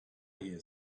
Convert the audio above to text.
here